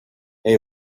hey